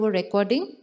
recording